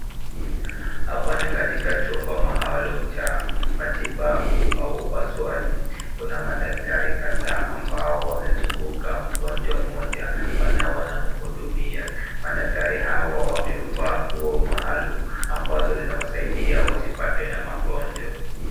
Hapa ni katika chumba maalum cha matibabu au upasuaji. Kuna madaktari kadhaa ambao wamezunguka mgonjwa mmoja na wanamhudumia. Madaktari hawa wamevaa nguo maalum ambazo zinawasaidia wasipatwe na magonjwa.